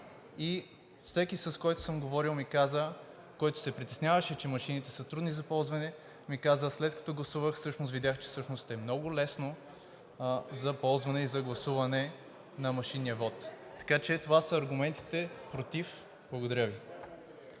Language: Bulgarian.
и всеки, с когото съм говорил, който се притесняваше, че машините са трудни за ползване, ми каза: след като гласувах, всъщност видях, че е много лесно за ползване и за гласуване на машинния вот. Така че това са аргументите ми против. Благодаря Ви.